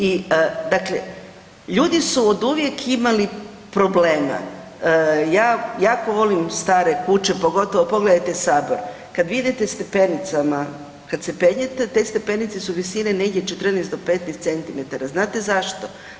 I dakle, ljudi su oduvijek imali problema, ja jako volim stare kuće, pogotovo, pogledajte Sabor, kad vi idete stepenicama, kad se penjete, te stepenice su visine negdje 14 do 15 centimetara, znate zašto?